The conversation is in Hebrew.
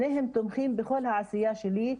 שניהם תומכים בכל העשייה שלי,